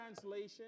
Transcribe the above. Translation